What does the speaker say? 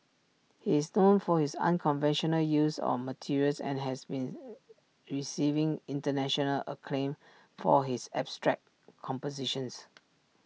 he is known for his unconventional use of materials and has been receiving International acclaim for his abstract compositions